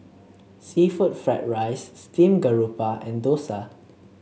seafood Fried Rice Steamed Garoupa and Dosa